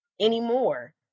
anymore